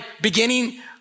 beginning